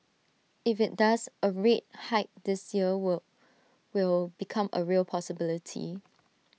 if IT does A rate hike this year will will become A real possibility